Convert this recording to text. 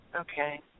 okay